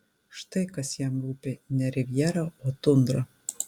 štai kas jam rūpi ne rivjera o tundra